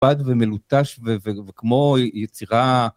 כבד ומלוטש וכמו יצירה.